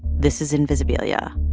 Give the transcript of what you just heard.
this is invisibilia